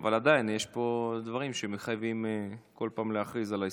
אבל עדיין יש פה דברים שמחייבים כל פעם להכריז על ההסתייגות.